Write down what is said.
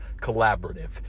collaborative